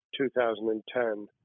2010